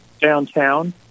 downtown